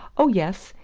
oh, yes,